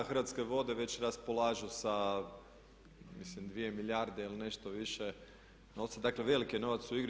Hrvatske vode već raspolažu sa mislim 2 milijarde ili nešto više novca, dakle veliki je novac u igri.